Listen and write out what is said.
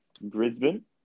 Brisbane